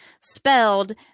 spelled